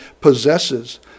possesses